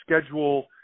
schedule